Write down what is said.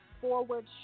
forward